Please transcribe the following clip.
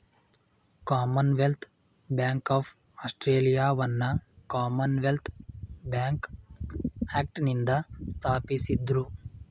Commonwealth Bank of ಆಸ್ಟ್ರೇಲಿಯಾವನ್ನ Commonwealth Bank ಆಕ್ಟ್ನಿಂದ ಸ್ಥಾಪಿಸಿದ್ದ್ರು